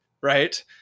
right